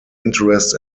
interest